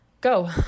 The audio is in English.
go